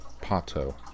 Pato